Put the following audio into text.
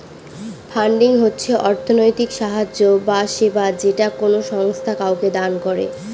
funding হচ্ছে অর্থনৈতিক সাহায্য বা সেবা যেটা কোনো সংস্থা কাউকে দান করে